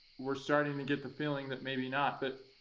we're starting to get the feeling that maybe not, but